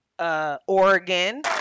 Oregon